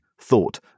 thought